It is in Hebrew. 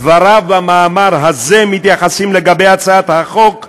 דבריו במאמר הזה מתייחסים להצעת החוק הזאת,